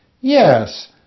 Yes